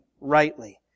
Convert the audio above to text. rightly